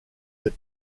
that